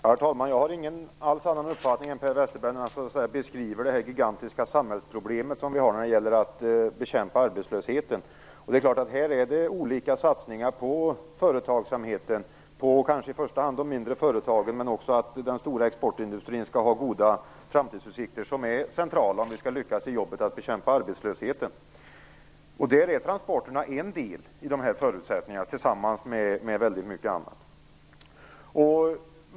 Herr talman! Jag har ingen annan uppfattning än Per Westerberg när han beskriver det gigantiska samhällsproblem som vi har, nämligen att bekämpa arbetslösheten. Här är det olika satsningar på företagsamheten - kanske i första hand på de mindre företagen, men även den stora exportindustrin skall ha goda framtidsutsikter - som är centrala för att vi skall lyckas i jobbet att bekämpa arbetslösheten. Där är transporterna en del av förutsättningarna tillsammans med väldigt mycket annat.